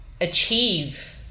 achieve